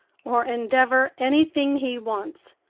or endeavor anything he wants,